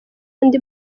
andi